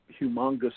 humongous